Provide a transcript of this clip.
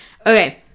okay